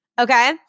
Okay